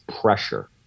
pressure